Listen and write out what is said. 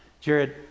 Jared